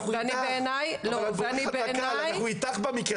אנחנו איתך במקרה.